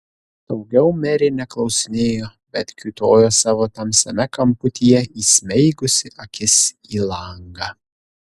daugiau merė neklausinėjo bet kiūtojo savo tamsiame kamputyje įsmeigusi akis į langą